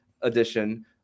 Edition